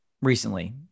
recently